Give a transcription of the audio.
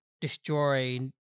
destroy